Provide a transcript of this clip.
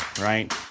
right